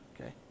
okay